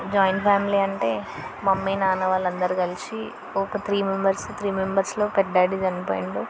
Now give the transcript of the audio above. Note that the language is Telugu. జాయింట్ ఫ్యామిలీ అంటే మమ్మీ నాన్న వాళ్ళందరు కలిసి ఒక త్రీ మెంబర్స్ త్రీ మెంబర్స్లో ఒక డాడీ చనిపోయిండు